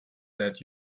that